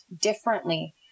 differently